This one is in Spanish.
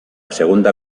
segunda